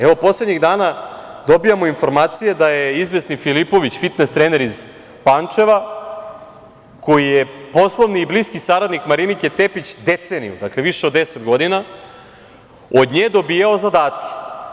Evo, poslednjih dana dobijamo informacije da je izvesni Filipović, fitnes trener iz Pančeva, koji je poslovni i bliski saradnik Marinike Tepić, deceniju, dakle, više od 10 godina, od nje dobijao zadatke.